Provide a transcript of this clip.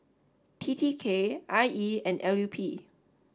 T T K I E and L U P